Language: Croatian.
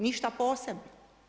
Ništa posebno.